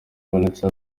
vanessa